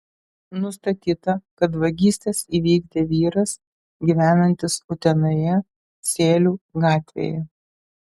nustatyta kad vagystes įvykdė vyras gyvenantis utenoje sėlių gatvėje